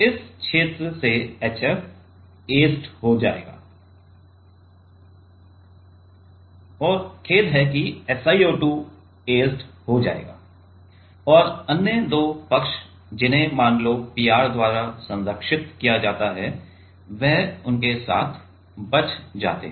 तो इस क्षेत्र से HF ऐचेड हो जाएगा और खेद है कि SiO2 ऐचेड हो जाएगा और अन्य दो पक्ष जिन्हें मान लो PR द्वारा संरक्षित किया जाता है वे उनके साथ बच जाते हैं